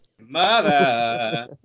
mother